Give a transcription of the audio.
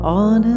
on